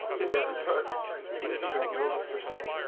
it doesn't hurt if you don't know the person